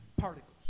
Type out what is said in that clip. particles